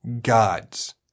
gods